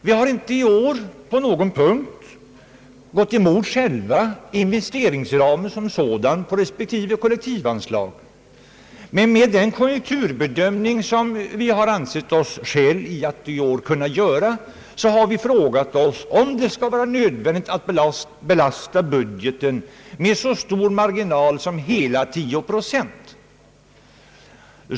Vi har i år inte på någon punkt gått emot själva investeringsramen som sådan på respektive kollektivanslag, men med den konjunkturbedömning som vi i år ansett oss ha skäl att göra, har vi frågat oss om det skall vara nödvändigt att belasta budgeten med så stor marginal som hela 10 procent.